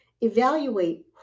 evaluate